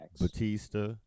Batista